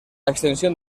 extensión